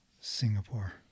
Singapore